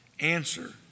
answer